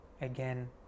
Again